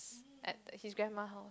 at his grandma house